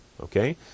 Okay